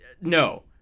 no